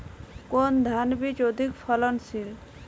কোন ধান বীজ অধিক ফলনশীল?